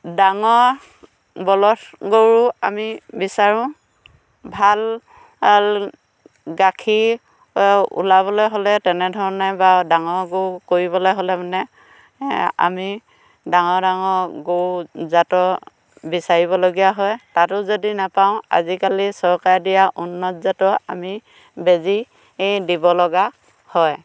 ডাঙৰ বলধ গৰু আমি বিচাৰোঁ ভাল আল গাখীৰ ওলাবলে হ'লে তেনেধৰণে বা ডাঙৰ গৰু কৰিবলে হ'লে মানে আমি ডাঙৰ ডাঙৰ গৰু জাতৰ বিচাৰিবলগীয়া হয় তাতো যদি নাপাওঁ আজিকালি চৰকাৰে দিয়া উন্নত জাতৰ আমি বেজি দিবলগা হয়